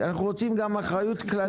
אנחנו רוצים גם אחריות כללית.